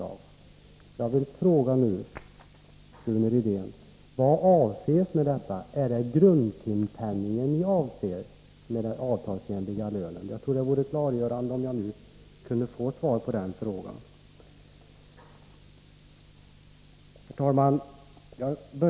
Jag vill fråga Rune Rydén: Vad avses med detta? Är det grundtimpenningen ni avser med avtalsenlig lön? Jag tror att det vore klargörande om jag kunde få svar på den frågan. Herr talman!